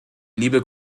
liebe